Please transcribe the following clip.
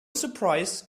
surprise